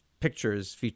pictures